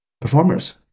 performers